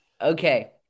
Okay